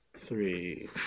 three